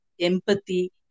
empathy